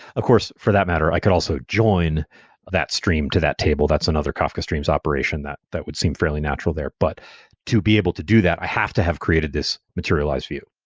of course, for that matter, i could also join that stream to that table. that's another kafka streams operation that that would seem fairly natural there. but to be able to do that, i have to have created this materialized view.